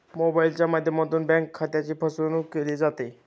मोबाइलच्या माध्यमातून बँक खात्यात फसवणूकही केली जाते